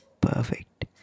perfect